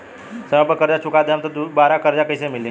समय पर कर्जा चुका दहम त दुबाराकर्जा कइसे मिली?